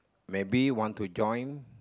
maybe want to join